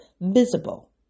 visible